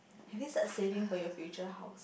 if you start saving for your future house